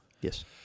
Yes